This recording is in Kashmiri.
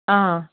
آ